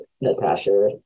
Natasha